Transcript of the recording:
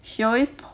she always